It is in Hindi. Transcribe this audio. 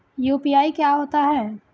यू.पी.आई क्या होता है?